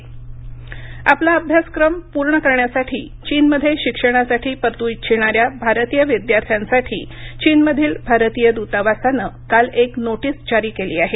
भारतीय विद्यार्थी आपला अभ्यासक्रम पूर्ण करण्यासाठी चीनमध्ये शिक्षणासाठी परतू इच्छिणाऱ्या भारतीय विद्यार्थ्यांसाठी चीनमधील भारतीय दूतावासानं काल एक नोटीस जारी केली आहे